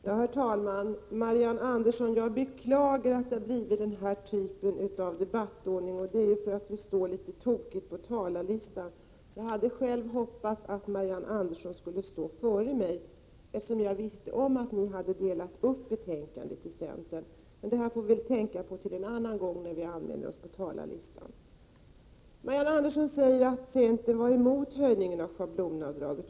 Herr talman! Jag beklagar att debattordningen har blivit sådan, Marianne Andersson. Det är för att vi står i litet tokig ordning på talarlistan. Jag hade själv hoppats att Marianne Andersson skulle stå före mig, eftersom jag visste att ni i centern hade delat upp betänkandet mellan er. Det där får vi tänka på till en annan gång när vi skall anmäla oss till talarlistan. Marianne Andersson säger att centern var emot höjningen av schablonavdraget.